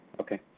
Okay